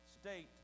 state